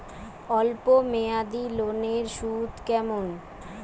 অল্প মেয়াদি লোনের সুদ কেমন?